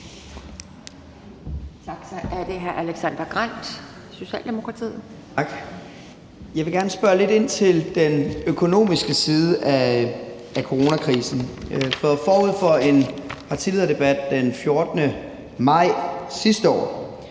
Jeg vil gerne spørge lidt ind til den økonomiske side af coronakrisen. For forud for en partilederdebat den 14. maj sidste år